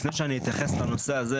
לפני שאני אתייחס לנושא הזה,